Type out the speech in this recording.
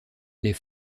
les